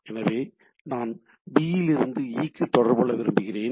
எனவே நான் பி இலிருந்து ஈ க்கு தொடர்பு கொள்ள விரும்புகிறேன்